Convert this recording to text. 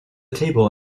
table